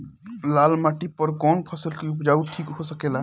लाल माटी पर कौन फसल के उपजाव ठीक हो सकेला?